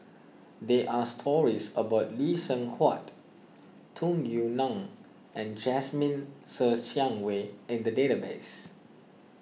there are stories about Lee Seng Huat Tung Yue Nang and Jasmine Ser Xiang Wei in the database